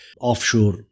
offshore